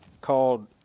called